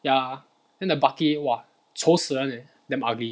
ya then the bucky !wah! 丑死人 leh damn ugly